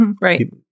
Right